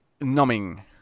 Numbing